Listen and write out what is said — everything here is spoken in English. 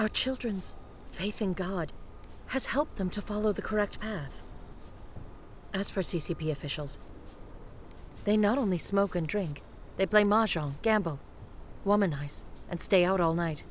our childrens faith in god has helped them to follow the correct path as for c c p officials they not only smoke and drink they play macho gamble woman ice and stay out all night